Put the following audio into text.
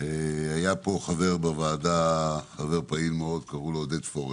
היה פה חבר פעיל מאוד בוועדה - עורר פורר.